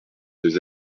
des